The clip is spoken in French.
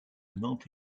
nantes